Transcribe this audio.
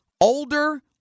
older